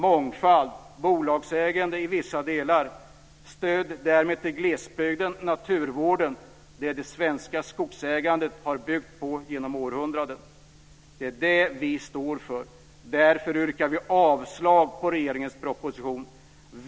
Mångfald, bolagsägande i vissa delar och stöd till glesbygden och naturvården är det som det svenska skogsägandet har byggt på genom århundraden. Det är detta vi står för. Därför yrkar vi avslag på regeringens proposition.